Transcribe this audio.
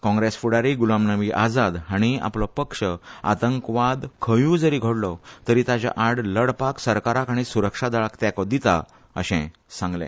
कॉग्रेस फुडारी गुलाम नवी आझाद हाणी आपलो पक्ष आतंकवाद खंयुय जरी घडलो तरी ताच्या आड लडपाक सरकाराक आनी सुरक्षा दळांक तेंको दिता अशे सांगले